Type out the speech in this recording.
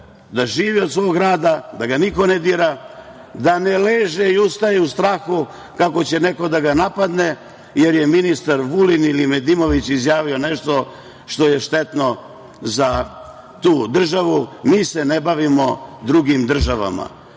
da živi od svog rada, da ga niko ne dira, da ne leže i ustaje u strahu kako će neko da ga napadne, jer je ministar Vulin ili Nedimović izjavio nešto što je štetno za tu državu. Mi se ne bavimo drugim državama.